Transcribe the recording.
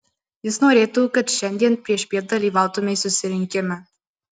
jis norėtų kad šiandien priešpiet dalyvautumei susirinkime